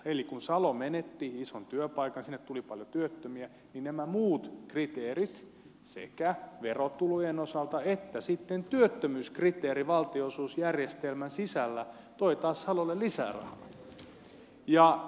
eli kun salo menetti ison työpaikan sinne tuli paljon työttömiä niin nämä muut kriteerit sekä verotulojen osalta että sitten työttömyyskriteeri valtionosuusjärjestelmän sisällä toivat taas salolle lisää rahaa